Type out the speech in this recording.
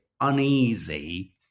uneasy